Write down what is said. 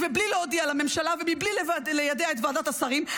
בלי להודיע לממשלה ומבלי ליידע את ועדת השרים,